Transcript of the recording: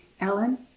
Ellen